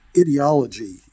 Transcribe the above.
ideology